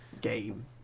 game